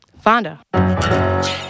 fonda